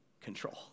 control